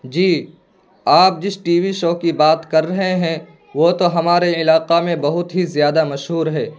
جی آپ جس T V show کی بات کر رہے ہیں وہ تو ہمارے علاقہ میں بہت ہی زیادہ مشہور ہے